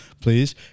please